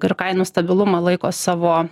ir kainų stabilumą laiko savo